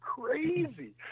crazy